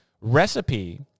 recipe